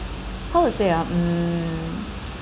how to say ah mm